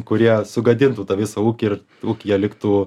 kurie sugadintų visą ūkį ir ūkyje liktų